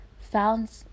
found